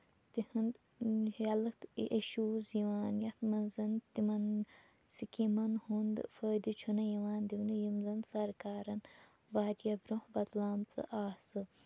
تِہُند health issues یِوان یَتھ منٛز تِمن سِکیٖمَن ہُند فٲیدٕ چھُنہٕ یِوان دِونہٕ یِم زَن سَرکارَن واریاہ برونہہ بدلامژٕ آسہٕ